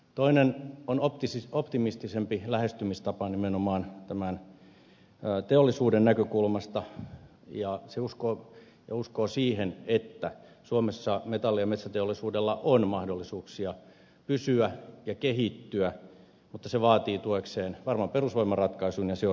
toinen on optimistisempi lähestymistapa nimenomaan tämän teollisuuden näkökulmasta ja se uskoo siihen että suomessa metalli ja metsäteollisuudella on mahdollisuuksia pysyä ja kehittyä mutta se vaatii tuekseen varman perusvoimaratkaisun ja se on ydinvoima